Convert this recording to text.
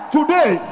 Today